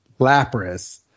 Lapras